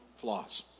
flaws